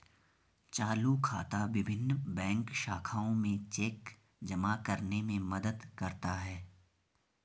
चालू खाता विभिन्न बैंक शाखाओं में चेक जमा करने में मदद करता है